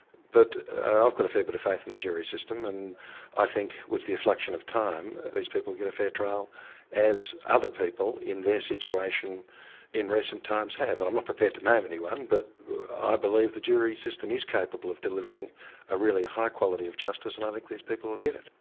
but i've got a fair bit of faith in the jury system, and i think with the reflection of time, these people will get a fair trial as other people in their situation in recent times, have. and i'm not prepared to name anyone, but i believe the jury system is capable of delivering a really high quality of justice and i think these people will get it.